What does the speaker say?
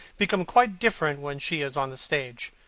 become quite different when she is on the stage.